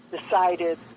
decided